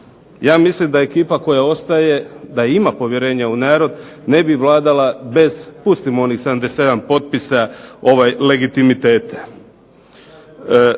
ja mislim da ekipa koja ostaje da ima povjerenja u narod ne bi vladala bez, pustimo onih 77 potpisa, legitimiteta.